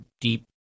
deep